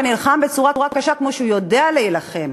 ונלחם בצורה קשה כמו שהוא יודע להילחם,